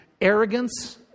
arrogance